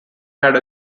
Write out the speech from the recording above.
had